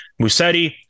Musetti